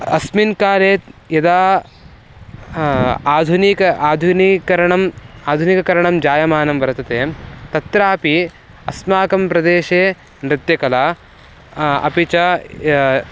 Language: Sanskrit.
अस्मिन् काले यदा आधुनिकम् आधुनिकीकरणम् आधुनिकीकरणं जायमानं वर्तते तत्रापि अस्माकं प्रदेशे नृत्यकला अपि च या